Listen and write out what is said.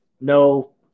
No